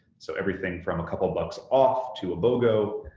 so everything from a couple of bucks off to a bogo.